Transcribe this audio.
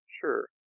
Sure